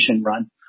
run